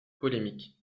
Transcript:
polémique